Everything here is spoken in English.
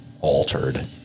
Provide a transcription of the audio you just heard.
altered